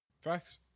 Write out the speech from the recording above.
Facts